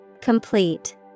Complete